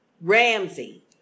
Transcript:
Ramsey